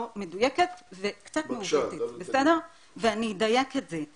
מדויקת וקצת מעוותת ואני אדייק את זה.